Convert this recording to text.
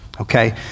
Okay